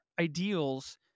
ideals